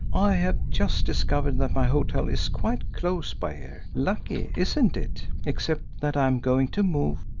i have just discovered that my hotel is quite close by here. lucky, isn't it, except that i am going to move.